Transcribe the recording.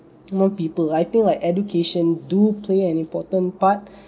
more people I think like education do play an important part